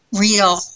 real